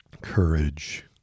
courage